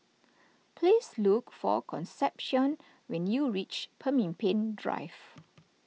please look for Concepcion when you reach Pemimpin Drive